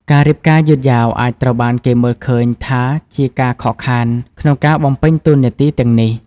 ការរៀបការយឺតយ៉ាវអាចត្រូវបានគេមើលឃើញថាជាការខកខានក្នុងការបំពេញតួនាទីទាំងនេះ ។